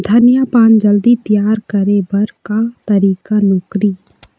धनिया पान जल्दी तियार करे बर का तरीका नोकरी?